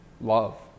love